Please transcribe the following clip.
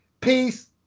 Peace